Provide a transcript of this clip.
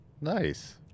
Nice